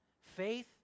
faith